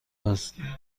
هستم